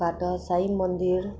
बाट साई मन्दिर